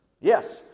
Yes